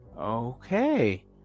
Okay